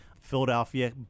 Philadelphia